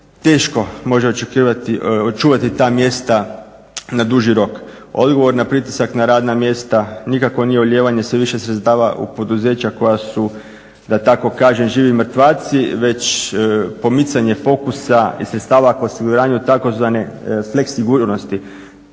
teško može očuvati ta mjesta na duži rok. Odgovor na pritisak na radna mjesta nikako nije ulijevanje sve više sredstava u poduzeća koja su da tako kažem živi mrtvaci već pomicanje fokusa i sredstava kod osiguranja tzv. fleks sigurnosti,